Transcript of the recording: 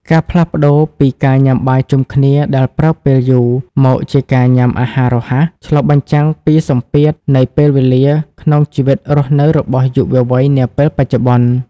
ការផ្លាស់ប្ដូរពីការញ៉ាំបាយជុំគ្នាដែលប្រើពេលយូរ មកជាការញ៉ាំអាហាររហ័ស ឆ្លុះបញ្ចាំងពីសម្ពាធនៃពេលវេលាក្នុងជីវិតរស់នៅរបស់យុវវ័យនាពេលបច្ចុប្បន្ន។